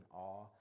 awe